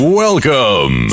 welcome